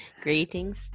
greetings